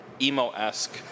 emo-esque